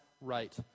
right